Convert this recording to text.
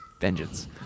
vengeance